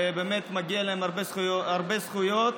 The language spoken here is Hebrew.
ובאמת מגיעות להם הרבה זכויות.